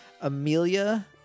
Amelia